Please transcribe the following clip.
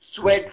sweat